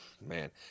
Man